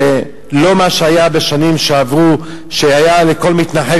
לא מה שהיה בשנים שעברו שהיה לכל מתנחל